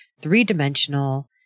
three-dimensional